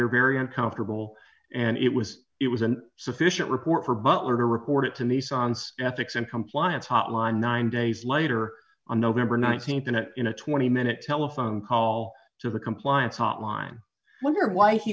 her very uncomfortable and it was it was a sufficient report for butler to report it to me sonce ethics and compliance hotline nine days later on november th in a twenty minute telephone call to the compliance hotline wondered why he